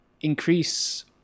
increase